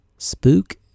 Spook